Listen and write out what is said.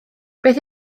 beth